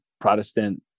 Protestant